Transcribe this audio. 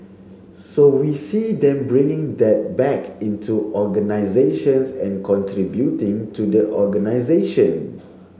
so we see them bringing that back into organisations and contributing to the organisation